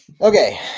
Okay